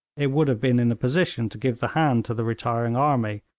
it would have been in a position to give the hand to the retiring army,